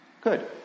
Good